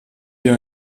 hier